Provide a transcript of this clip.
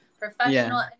professional